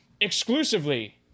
exclusively